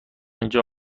اینجا